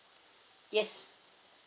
yes